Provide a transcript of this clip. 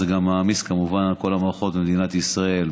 וזה גם מעמיס כמובן על כל המערכות במדינת ישראל,